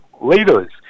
leaders